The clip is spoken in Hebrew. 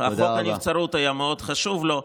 חוק הנבצרות היה מאוד חשוב לו.